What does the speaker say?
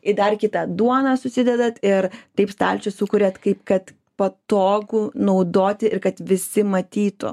į dar kitą duoną susidedat ir taip stalčių sukuriat kaip kad patogu naudoti ir kad visi matytų